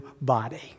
body